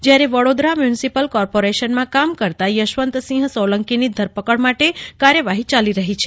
જ્યારે વડોદરા મ્યુનિસિપલ કોર્પોરેશનમાં કામ કરતાં યશવંતસિંહ સોલંકીની ધરપકડ માટે કાર્યવાહી ચાલી રહી છે